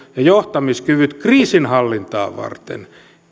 johtamiskyvyt kriisinhallintaa varten